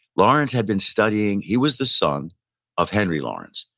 lawrence had been studying, he was the son of henry lawrence,